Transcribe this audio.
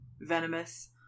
venomous